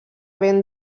ben